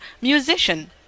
musician